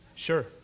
Sure